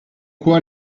quoi